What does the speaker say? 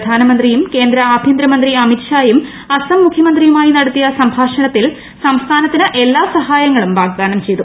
പ്രധാനമന്ത്രിയും കേന്ദ്ര ആഭ്യന്തര മന്ത്രി അമിത് ഷായും അസം മുഖ്യമന്ത്രിയുമായി നടത്തിയ സംഭാഷണത്തിൽ സംസ്ഥാനത്തിന്ട് പ്രില്ലാ സഹായങ്ങളും വാഗ്ദാനം ചെയ്തു